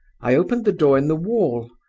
i opened the door in the wall,